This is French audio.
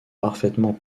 parfaitement